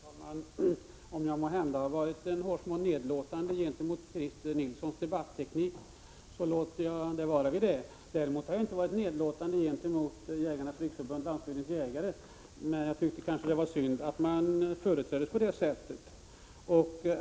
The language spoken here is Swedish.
Herr talman! Om jag måhända har varit en hårsmån nedlåtande gentemot Christer Nilssons debatteknik, så låter jag det vara vid det. Däremot har jag inte varit nedlåtande mot Jägarnas riksförbund-Landsbygdens jägare. Men jag tyckte att det var synd att man företräddes på det här sättet.